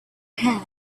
had